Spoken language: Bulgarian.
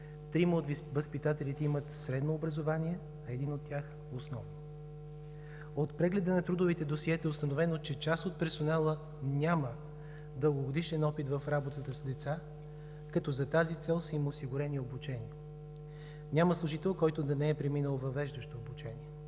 трима от възпитателите имат средно образование, а един от тях – основно. От прегледа на трудовите досиета е установено, че част от персонала няма дългогодишен опит в работата с деца, като за тази цел са им осигурени обучения. Няма служител, който да не е преминал въвеждащо обучение.